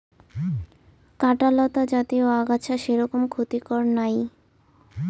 কাঁটালতা জাতীয় আগাছা সেরকম ক্ষতিকর নাই